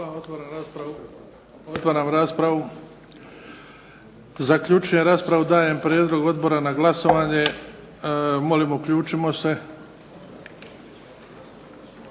Otvaram raspravu. Zaključujem raspravu. Dajem ovaj prijedlog na glasovanje. Molim uključimo se